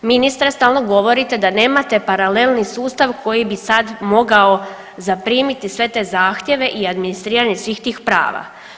Ministre, stalno govorite da nemate paralelni sustav koji bi sad mogao zaprimiti sve te zahtjeve i administriranje svih tih prava.